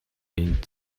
энд